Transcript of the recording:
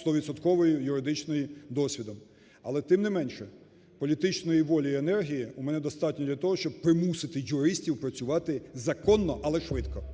стовідсотковим юридичним досвідом. але, тим не менше, політичної волі і енергії у мене достатньо для того, щоб примусити юристів працювати законно, але швидко.